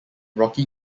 rocky